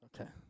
Okay